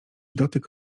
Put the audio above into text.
dotyk